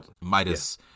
Midas